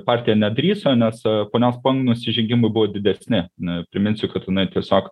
partija nedrįso nes ponios pon nusižengimai buvo didesni priminsiu kad jinai tiesiog